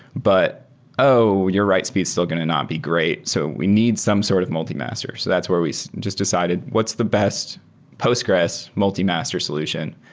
but oh. you're right. speed is still going to not be great. so we need some sort of multi-master. so that's where we just decided what's the best postgres multi-master solution?